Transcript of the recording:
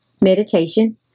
Meditation